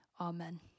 Amen